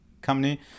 company